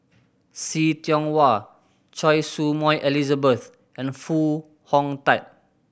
See Tiong Wah Choy Su Moi Elizabeth and Foo Hong Tatt